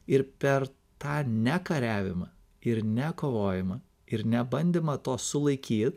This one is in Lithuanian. ir per tą ne kariavimą ir ne kovojimą ir nebandymą to sulaikyt